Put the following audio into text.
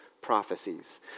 prophecies